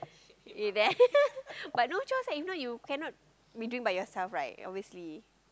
you there but no choice lah you cannot be ding by yourself obviously